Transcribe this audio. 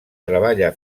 treballa